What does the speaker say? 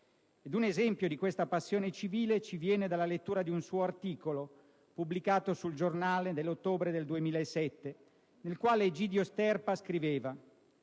Un esempio di questa passione civile ci viene dalla lettura di un suo articolo, pubblicato su «il Giornale» nell'ottobre del 2007, nel quale Egidio Sterpa scriveva: